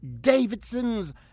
Davidson's